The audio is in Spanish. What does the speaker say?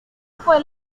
fue